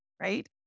Right